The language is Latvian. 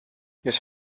jūs